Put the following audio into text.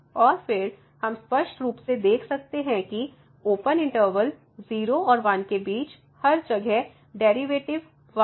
और फिर हम स्पष्ट रूप से देख सकते हैं कि ओपन इंटरवल 0 और 1 के बीच हर जगह डेरिवेटिव 1 है